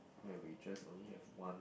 where we just only have one